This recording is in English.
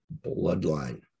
bloodline